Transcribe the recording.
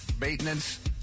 maintenance